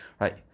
right